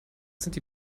sind